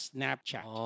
Snapchat，